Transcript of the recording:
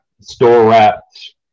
store-wrapped